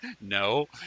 No